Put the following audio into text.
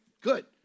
good